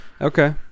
Okay